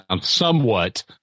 somewhat